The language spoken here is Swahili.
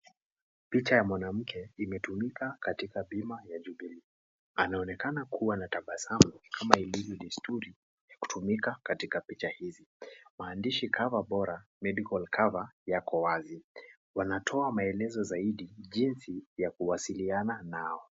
Picha ya mwanamke imetumika katika Bima ya Jubilee. Anaonekana kuwa na tabasamu kama ilivyo desturi ya kutumika katika picha hizi. Maandishi Coverbora Medical Cover yako wazi. Wanatoa maelezo zaidi , jinsi ya kuwasiliana nao.